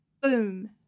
boom